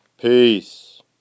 Peace